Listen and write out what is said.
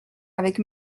avec